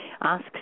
Ask